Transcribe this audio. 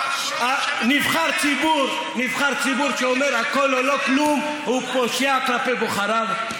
נבחר ציבור שאומר "הכול או לא כלום" הוא פושע כלפי בוחריו,